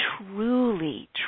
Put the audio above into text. truly